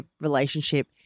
relationship